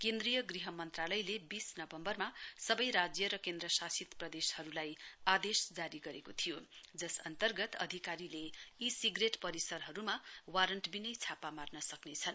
केन्द्रीय गृह मन्त्रालयले बीस नवम्बरमा सबै राज्य र केन्द्रशासित प्रदेशहरूलाई आदेश जारी गरेको थियो जस अन्तर्गत अधिकारीले ई सिगरेट परिसरहरूमा वारन्तबिनै छापा मार्न सक्नेछन्